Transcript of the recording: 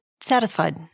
satisfied